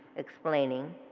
explaining